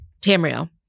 Tamriel